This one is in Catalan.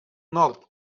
nord